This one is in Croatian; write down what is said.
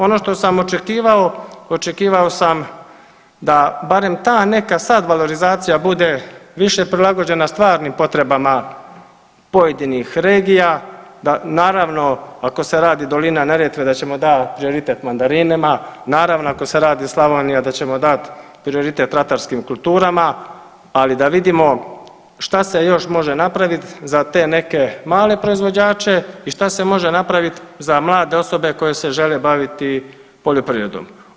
Ono što sam očekivao, očekivao sam da barem ta neka sad valorizacija bude više prilagođena stvarnim potrebama pojedinih regija, naravno ako se radi Dolina Neretve da ćemo da prioritet mandarinama, naravno ako se radi Slavonija da ćemo dat prioritet ratarskim kulturama, ali da vidimo šta se još može napraviti za te neke male proizvođače i šta se može napravit za mlade osobe koje se žele baviti poljoprivredom.